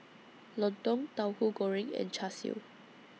Lontong Tauhu Goreng and Char Siu